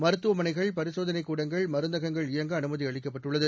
மருத்துவமனைகள் பரிசோதனைக் கூடங்கள் மருந்தகங்கள் இயங்க அனுமதி அளிக்கப்பட்டுள்ளது